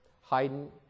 Haydn